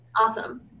Awesome